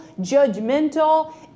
judgmental